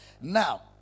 Now